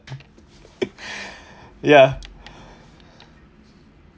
ya